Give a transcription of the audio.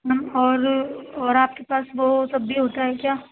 میم اور اور آپ کے پاس وہ سب بھی ہوتا ہے کیا